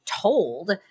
told